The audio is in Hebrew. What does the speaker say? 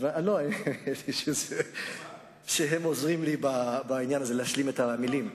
הם עוזרים לי בעניין הזה להשלים את המלים.